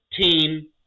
team